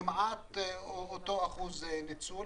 כמעט אותו אחוז ניצול,